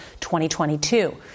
2022